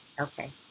Okay